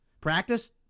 Practice